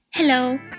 Hello